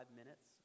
minutes